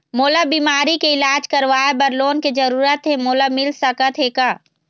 मोला बीमारी के इलाज करवाए बर लोन के जरूरत हे मोला मिल सकत हे का?